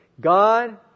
God